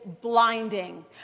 blinding